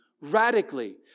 radically